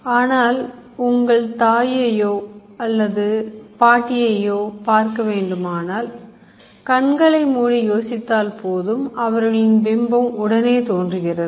ஆனால் உங்கள் தாயையோ அல்லது பாட்டியையோ பார்க்க வேண்டுமானால் கண்களை மூடி யோசித்தால் போதும் அவர்களின் பிம்பம் உடனே தோன்றுகிறது